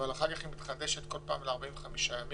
אבל אחר כך היא מתחדשת כל פעם ל-45 ימים.